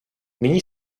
nyní